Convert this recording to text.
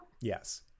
Yes